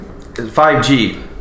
5G